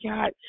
God